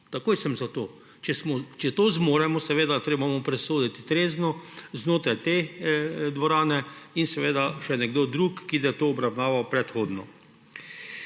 Takoj sem za to. Če to zmoremo, treba bo presoditi trezno znotraj te dvorane in seveda še nekdo drug, ki je to obravnaval predhodno.